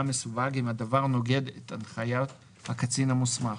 מסווג אם הדבר נוגד את הנחיות הקצין המוסמך,